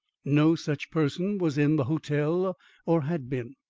no such person was in the hotel or had been.